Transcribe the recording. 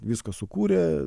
viską sukūrė